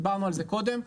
דיברנו על זה קודם,